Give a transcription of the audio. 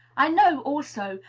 i know, also,